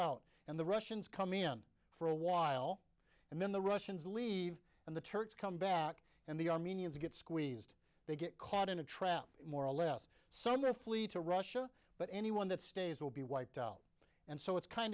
out and the russians come in for a while and then the russians leave and the turks come back and the armenians get squeezed they get caught in a trap more or less somewhere flee to russia but anyone that stays will be wiped out and so it's kind